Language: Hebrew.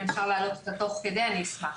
אם אפשר להעלות אותה תוך כדי, אני אשמח.